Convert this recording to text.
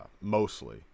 mostly